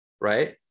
right